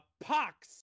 pox